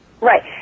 Right